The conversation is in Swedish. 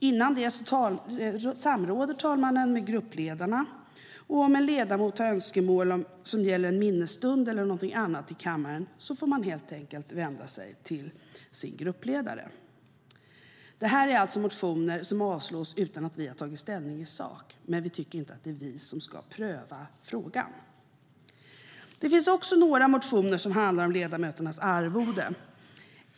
Före sitt beslut samråder talmannen med gruppledarna, och om en ledamot har önskemål som gäller en minnesstund eller någonting annat i kammaren får man helt enkelt vända sig till sin gruppledare. Det finns också några motioner som handlar om ledamöternas arvoden.